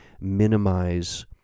minimize